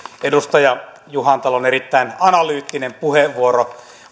edustaja juhantalon erittäin analyyttinen puheenvuoro